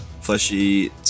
fleshy